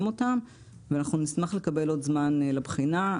אותם ואנחנו נשמח לקבל עוד זמן לבחינה.